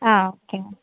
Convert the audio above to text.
ആ ക്കെ